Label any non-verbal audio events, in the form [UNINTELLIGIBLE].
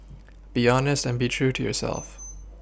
be honest and be true to yourself [UNINTELLIGIBLE]